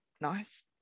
nice